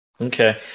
Okay